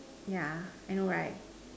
ya I know right